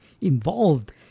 involved